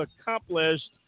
accomplished